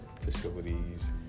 facilities